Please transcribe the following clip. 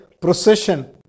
procession